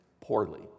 poorly